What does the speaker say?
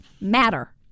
matter